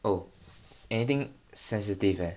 oh anything sensitive eh